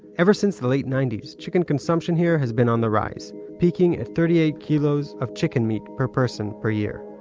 ever since the late ninety s chicken consumption here has been on the rise peaking at thirty eight kilos of chicken meat per person per year.